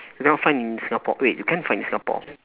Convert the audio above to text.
you cannot find in singapore wait you can find in singapore